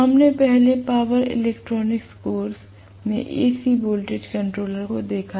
हमने पहले power electronics course में AC वोल्टेज कंट्रोलर को देखा था